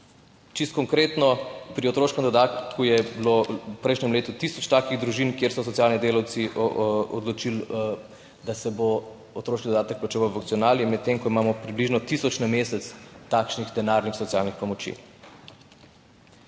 Čisto konkretno, pri otroškem dodatku je bilo v prejšnjem letu tisoč takih družin, kjer so socialni delavci odločili, da se bo otroški dodatek plačeval v funkcionali, medtem ko imamo približno tisoč na mesec takšnih denarnih socialnih pomoči.